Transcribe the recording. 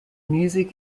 music